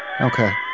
Okay